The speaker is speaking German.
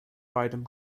beidem